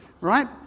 Right